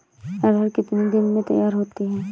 अरहर कितनी दिन में तैयार होती है?